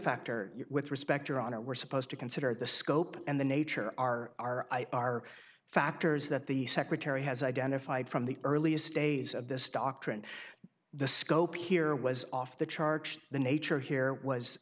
factor with respect your honor we're supposed to consider the scope and the nature are are factors that the secretary has identified from the earliest days of this doctrine the scope here was off the charts the nature here was